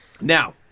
Now